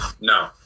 No